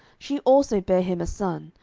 she also bare him a son,